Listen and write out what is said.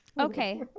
Okay